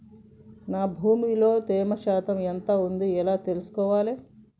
నా భూమి లో తేమ శాతం ఎంత ఉంది ఎలా తెలుసుకోవాలే?